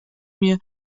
mir